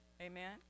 Amen